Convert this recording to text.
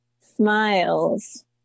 smiles